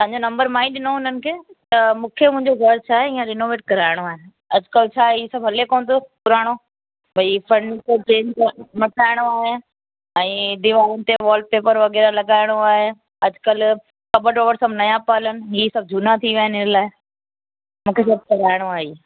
तव्हांजो नंबर मां ई ॾिनो हुननि खे त मूंखे मुंहिंजे घरु छाहे हीअं रेनोवेट कराइणो आहे अॼुकल्हि छाहे इहो सभु हले कोन थो पुराणो भाई फर्नीचर चेंज़ करिणो मटाइणो आहे ऐं दीवारुनि ते वॉल पेपर वग़ैरह लॻाइणो आहे अॼुकल्ह कॿट वबट सभु नयां ता हलनि हीउ सभु झूना थी विया आहिनि लाइ मूंखे सभु कढाइणो आहे हीउ